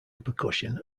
percussion